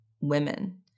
women